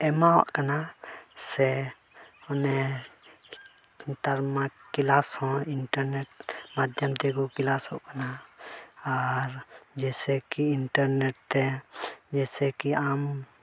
ᱮᱢᱟᱣᱟᱜ ᱠᱟᱱᱟ ᱥᱮ ᱚᱱᱮ ᱱᱮᱛᱟᱨ ᱢᱟ ᱠᱞᱟᱥ ᱦᱚᱸ ᱤᱱᱴᱟᱨᱱᱮᱴ ᱢᱟᱫᱫᱷᱚᱢ ᱛᱮᱠᱚ ᱠᱞᱟᱥᱚᱜ ᱠᱟᱱᱟ ᱟᱨ ᱡᱮᱭᱥᱮ ᱠᱤ ᱤᱱᱴᱟᱨᱱᱮᱴ ᱛᱮ ᱡᱮᱭᱥᱮ ᱠᱤ ᱟᱢ